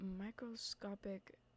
microscopic